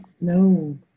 no